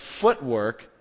footwork